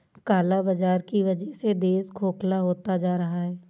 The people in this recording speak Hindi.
काला बाजार की वजह से देश खोखला होता जा रहा है